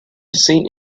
saint